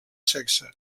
sexe